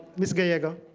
ms. gallego.